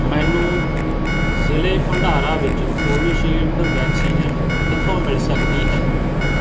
ਮੈਨੂੰ ਜ਼ਿਲ੍ਹੇ ਭੰਡਾਰਾ ਵਿੱਚ ਕੋਵਿਸ਼ਿਲਡ ਵੈਕਸੀਨ ਕਿੱਥੋਂ ਮਿਲ ਸਕਦੀ ਹੈ